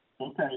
Okay